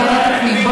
לוועדת הפנים.